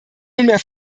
nunmehr